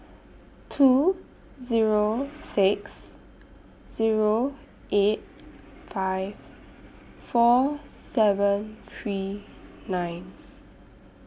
two Zero six Zero eight five four seven three nine